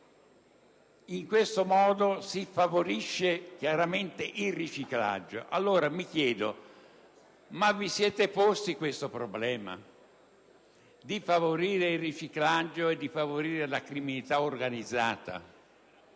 in questo modo si favorisce chiaramente il riciclaggio. Mi chiedo allora: vi siete posti il problema di favorire il riciclaggio e la criminalità organizzata?